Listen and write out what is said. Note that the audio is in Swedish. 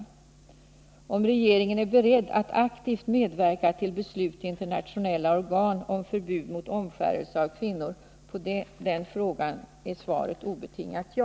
På frågan om regeringen är beredd att aktivt medverka till beslut i internationella organ om förbud mot omskärelse av kvinnor är svaret ett obetingat ja.